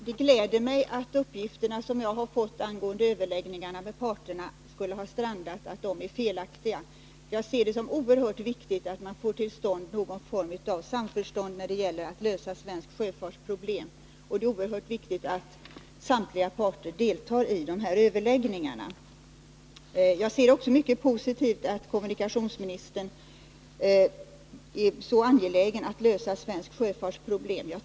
Bl. a. förordades en begränsning av sträckarbetstiden, en sänkning av dygnsarbetstiden och en ökning av dygnsvilans längd. Ännu fem år efter det att utredningen offentliggjordes har inga åtgärder vidtagits för att bringa arbetsförhållandena inom denna viktiga transportsektor i överensstämmelse med vad som gäller på arbetsmarknaden i övrigt. Det råder inte någon tvekan om att arbetsmiljön för landets yrkesförare är klart otillfredsställande.